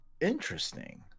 interesting